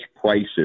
prices